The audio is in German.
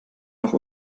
noch